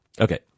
Okay